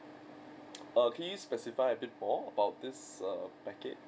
err can you specify a bit more about this err package